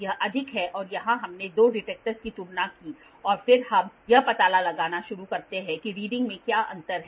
यह अधिक है और यहां हमने दो डिटेक्टरों की तुलना की और फिर हम यह पता लगाना शुरू करते हैं कि रीडिंग में क्या अंतर है